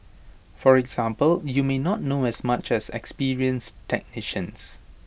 for example you may not know as much as experienced technicians